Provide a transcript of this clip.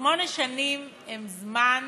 שמונה שנים הן זמן